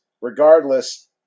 regardless